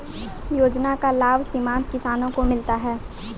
योजना का लाभ सीमांत किसानों को मिलता हैं?